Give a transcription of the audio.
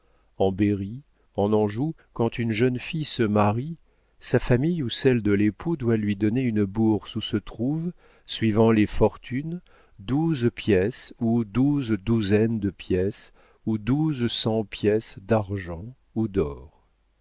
en berry en anjou quand une jeune fille se marie sa famille ou celle de l'époux doit lui donner une bourse où se trouvent suivant les fortunes douze pièces ou douze douzaines de pièces ou douze cents pièces d'argent ou d'or